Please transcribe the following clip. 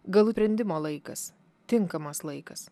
galu brendimo laikas tinkamas laikas